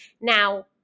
Now